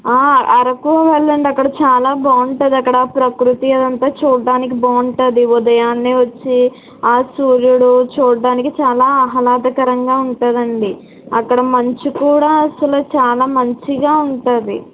అరకు వెళ్ళండి అక్కడ చాలా బాగుంటుంది అక్కడ ప్రకృతి అంతా చూడడానికి బాగుంటుంది ఉదయాన్నే వచ్చి ఆ సూర్యుడు చూడడానికి చాలా ఆహ్లాదకరంగా ఉంటుంది అండి అక్కడ మంచు కూడా అసలు చాలా మంచిగా ఉంటుంది